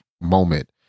moment